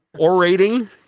orating